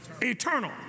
eternal